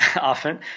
often